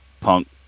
Punk